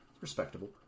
Respectable